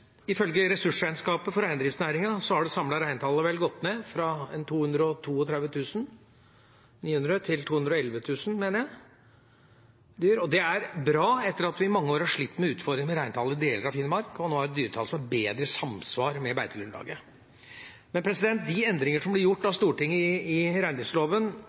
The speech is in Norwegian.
Ifølge ressursregnskapet for reindriftsnæringen har det samlede reintallet vel gått ned fra 232 900 til 211 000 dyr, mener jeg. Det er bra at vi etter at vi i mange år har slitt med utfordringer med reintallet i deler av Finnmark, nå har dyretall som er bedre i samsvar med beitegrunnlaget. Men de endringer som ble gjort av Stortinget i